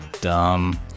dumb